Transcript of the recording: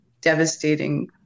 devastating